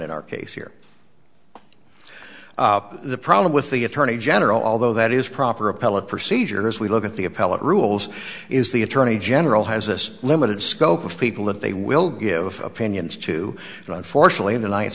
in our case here the problem with the attorney general although that is proper appellate procedure as we look at the appellate rules is the attorney general has this limited scope of people that they will give opinions to and unfortunately the ninth